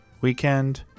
weekend